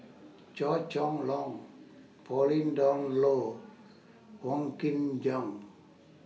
Chua Chong Long Pauline Dawn Loh Wong Kin Jong